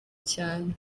cyane